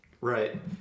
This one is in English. Right